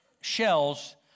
shells